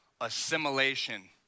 assimilation